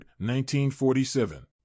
1947